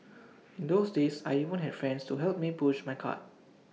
in those days I even had friends to help me push my cart